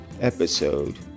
episode